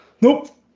Nope